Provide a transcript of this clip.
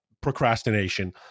procrastination